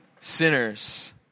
sinners